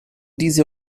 diese